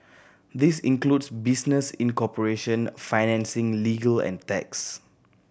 this includes business incorporation financing legal and tax